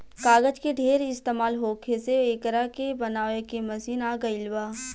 कागज के ढेर इस्तमाल होखे से एकरा के बनावे के मशीन आ गइल बा